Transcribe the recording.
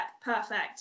perfect